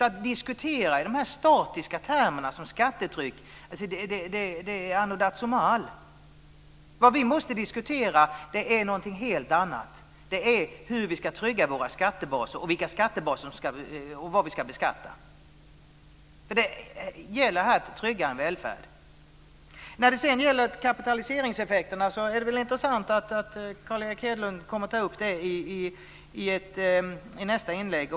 Att diskutera i sådana statiska termer som skattetryck är från anno dazumal. Vad vi måste diskutera är någonting helt annat, nämligen hur vi ska trygga våra skattebaser och vad vi ska beskatta. Det gäller att trygga en välfärd. Det är intressant att Carl Erik Hedlund kommer att ta upp kapitaliseringseffekterna i nästa inlägg.